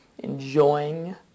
enjoying